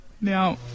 Now